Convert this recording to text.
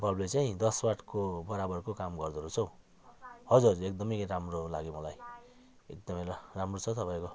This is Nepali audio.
बल्बले चाहिँ दस वाटको बराबरको काम गर्दो रहेछ हौ हजुर हजुर एकदमै राम्रो लाग्यो मलाई एकदमै ल राम्रो छ तपाईँको